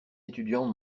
étudiant